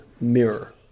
mirror